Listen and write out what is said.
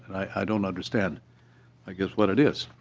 i don't understand i guess what it is.